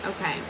okay